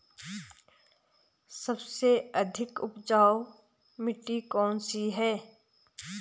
सबसे अधिक उपजाऊ मिट्टी कौन सी है?